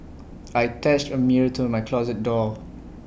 I attached A mirror to my closet door